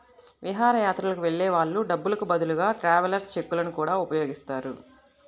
విహారయాత్రలకు వెళ్ళే వాళ్ళు డబ్బులకు బదులుగా ట్రావెలర్స్ చెక్కులను గూడా ఉపయోగిస్తారు